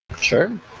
Sure